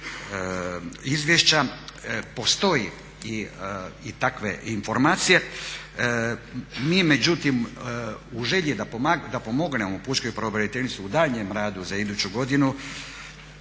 izvješća postoje i takve informacije. Mi međutim u želji da pomognemo pučkoj pravobraniteljici u daljnjem radu za iduću godinu